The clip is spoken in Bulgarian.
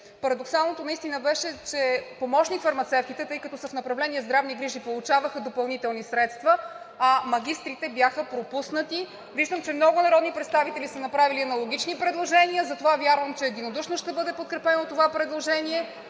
Парадоксалното наистина беше, че помощник-фармацевтите, тъй като са в направление здравни грижи, получаваха допълнителни средства, а магистрите бяха пропуснати. Виждам, че много народни представители са направили аналогични предложения, затова вярвам, че единодушно ще бъде подкрепено това предложение.